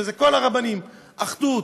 וזה כל הרבנים אחדות.